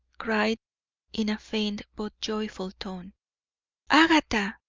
cried in a faint but joyful tone agatha!